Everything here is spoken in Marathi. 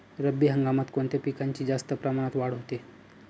रब्बी हंगामात कोणत्या पिकांची जास्त प्रमाणात वाढ होते?